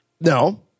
No